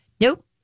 Nope